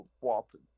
Walton